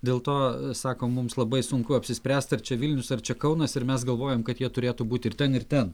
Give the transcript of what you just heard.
dėl to sako mums labai sunku apsispręst ar čia vilnius ar čia kaunas ir mes galvojam kad jie turėtų būti ir ten ir ten